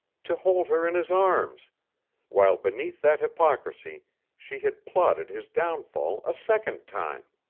to hold her in his arms while beneath that hypocrisy she had plotted his downfall a second time.